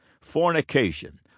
fornication